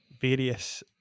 various